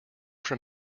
from